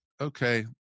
okay